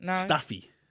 stuffy